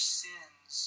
sins